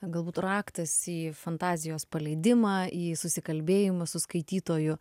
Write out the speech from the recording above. galbūt raktas į fantazijos paleidimą į susikalbėjimą su skaitytoju